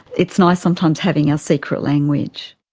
it's nice sometimes having our secret language.